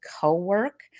co-work